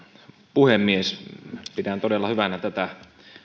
puhemies pidän todella hyvänä tätä